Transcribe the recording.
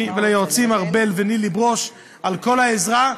וליועצים ארבל ולילי ברוש על כל העזרה,